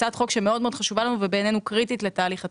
הצעת חוק שהיא מאוד מאוד חשובה לנו ובעינינו קריטית לתהליך התקציב.